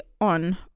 on